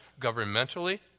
governmentally